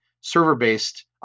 server-based